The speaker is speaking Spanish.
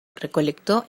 recolectó